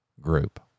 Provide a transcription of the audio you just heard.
group